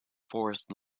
forest